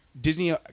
Disney